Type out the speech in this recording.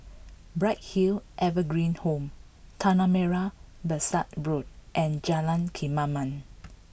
Bright Hill Evergreen Home Tanah Merah Besar Road and Jalan Kemaman